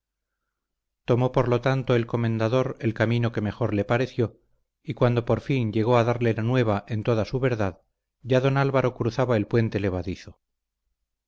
tomó por lo tanto el comendador el camino que mejor la pareció y cuando por fin llegó a darle la nueva en toda su verdad ya don álvaro cruzaba el puente levadizo